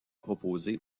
proposées